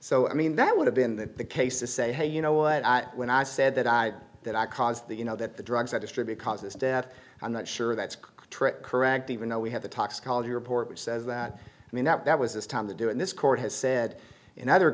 so i mean that would have been the case to say hey you know what i when i said that i that i caused the you know that the drugs i distribute causes death i'm not sure that's trip correct even though we have the toxicology report which says that i mean that that was this time to do and this court has said in other